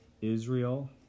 Israel